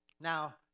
Now